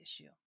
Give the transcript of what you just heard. issue